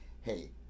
hey